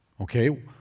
Okay